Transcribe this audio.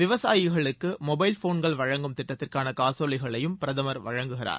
விவசாயிகளுக்கு மொபைல் போன்கள் வழங்கும் திட்டத்திற்கான காசோலைகளையும் பிரதமர் வழங்கிறார்